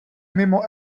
mimo